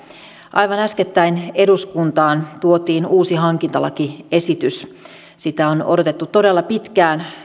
aivan äskettäin eduskuntaan tuotiin uusi hankintalakiesitys sitä on odotettu todella pitkään